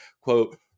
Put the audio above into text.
quote